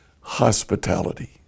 hospitality